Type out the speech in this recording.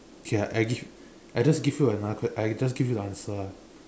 okay I give I just give you another ques~ I just give you the answer ah